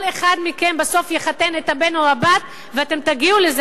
כל אחד מכם בסוף יחתן את הבן או הבת ואתם תגיעו לזה.